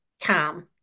calm